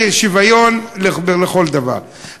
בשוויון לכל דבר.